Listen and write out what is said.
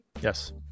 yes